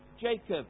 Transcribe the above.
Jacob